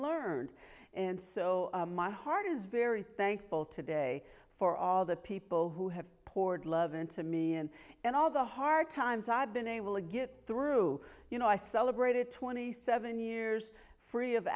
learned and so my heart is very thankful today for all the people who have poured love into me and in all the hard times i've been able to get through you know i celebrated twenty seven years free of